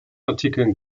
artikeln